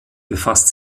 befasst